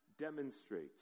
demonstrates